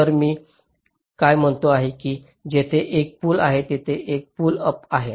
तर मी काय म्हणतो आहे की तिथे एक पुल आहे तिथे एक पुल अप आहे